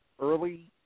early